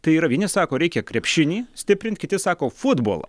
tai yra vieni sako reikia krepšinį stiprint kiti sako futbolą